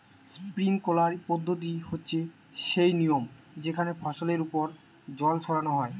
sprinkler পদ্ধতি হচ্ছে সেই নিয়ম যেখানে ফসলের ওপর জল ছড়ানো হয়